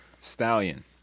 Stallion